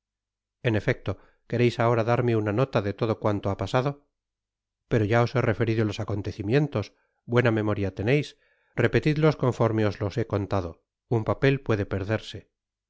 en efecto quereis ahora darme unajiota de todo cuanto ha pasado pero ya os he referido los acontecimientos buena memoria teneis repetidlos conforme os los he contado un papel puede perderse